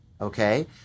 okay